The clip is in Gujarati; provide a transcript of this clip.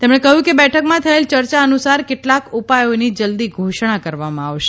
તેમણે કહ્યુંકે બેઠકમાં થયેલ ચર્ચા અનુસાર કેટલાંક ઉપાયોની જલ્દી ધોષણા કરવામાં આવશે